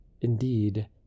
Indeed